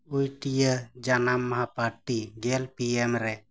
ᱜᱩᱴᱤᱭᱟᱹ ᱡᱟᱱᱟᱢ ᱢᱟᱦᱟ ᱯᱟᱨᱴᱤ ᱜᱮᱞ ᱯᱤᱮᱢ ᱨᱮ